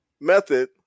method